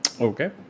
Okay